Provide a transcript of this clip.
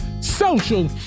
social